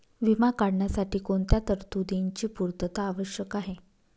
विमा काढण्यासाठी कोणत्या तरतूदींची पूर्णता आवश्यक आहे?